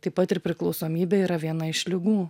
taip pat ir priklausomybė yra viena iš ligų